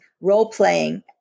role-playing